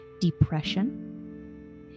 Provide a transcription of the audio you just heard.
Depression